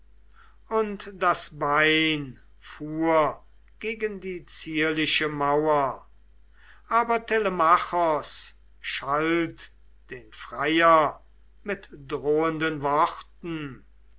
und das bein fuhr gegen die zierliche mauer aber telemachos schalt den freier mit drohenden worten